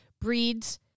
breeds